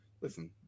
listen